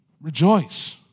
rejoice